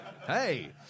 Hey